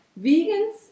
Vegans